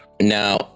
now